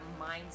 mindset